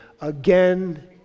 again